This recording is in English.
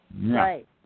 Right